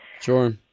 Sure